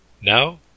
Now